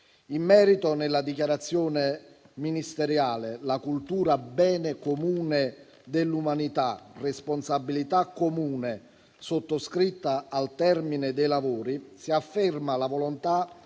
in merito, nella dichiarazione ministeriale "La cultura, bene comune dell'umanità, responsabilità comune", sottoscritta al termine dei lavori, si afferma la volontà